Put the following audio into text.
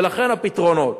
ולכן הפתרונות.